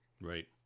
right